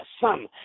son